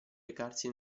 recarsi